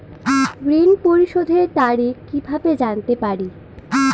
ঋণ পরিশোধের তারিখ কিভাবে জানতে পারি?